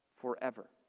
forever